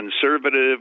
conservative